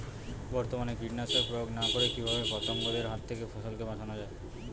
বর্তমানে কীটনাশক প্রয়োগ না করে কিভাবে পতঙ্গদের হাত থেকে ফসলকে বাঁচানো যায়?